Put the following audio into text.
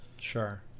Sure